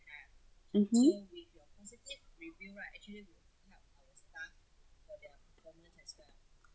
mmhmm